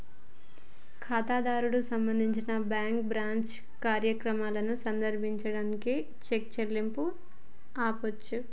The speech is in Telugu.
ఖాతాదారుడు సంబంధించి బ్యాంకు బ్రాంచ్ కార్యాలయాన్ని సందర్శించడం ద్వారా చెక్ చెల్లింపును ఆపొచ్చు